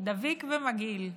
דביק ומגעיל.